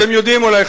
אתם יודעים אולי,